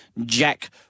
Jack